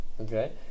Okay